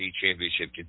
championship